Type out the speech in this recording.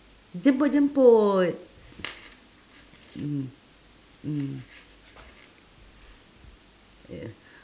jemput jemput mm mm yeah